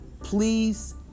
please